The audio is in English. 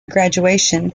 graduation